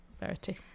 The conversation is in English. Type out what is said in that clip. Verity